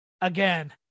Again